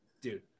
Dude